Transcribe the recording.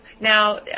Now